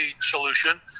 solution